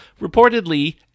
Reportedly